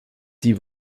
die